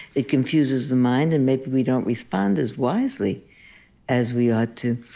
it confuses the mind and maybe we don't respond as wisely as we ought to.